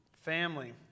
Family